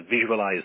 visualize